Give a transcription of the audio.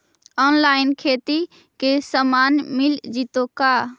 Online खेती के सामान मिल जैतै का?